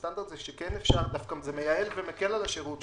הסטנדרט הוא שאפשר זה מייעל ומקל על השירות שלהם.